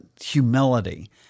humility